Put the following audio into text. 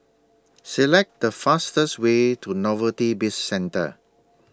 Select The fastest Way to Novelty Bizcentre